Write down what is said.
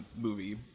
movie